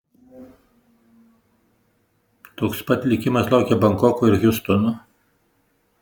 toks pat likimas laukia bankoko ir hjustono